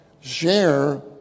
share